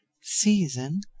season